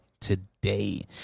today